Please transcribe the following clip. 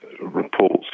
reports